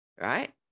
right